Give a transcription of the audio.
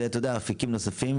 אלה אפיקים נוספים,